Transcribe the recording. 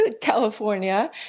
California